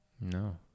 No